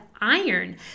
iron